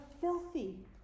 filthy